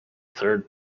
third